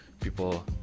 people